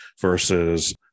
versus